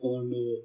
oh no